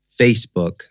Facebook